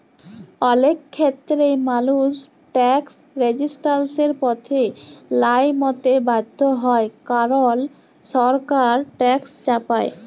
অলেক খ্যেত্রেই মালুস ট্যাকস রেজিসট্যালসের পথে লাইমতে বাধ্য হ্যয় কারল সরকার ট্যাকস চাপায়